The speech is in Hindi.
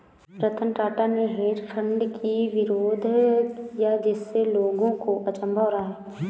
रतन टाटा ने हेज फंड की विरोध किया जिससे लोगों को अचंभा हो रहा है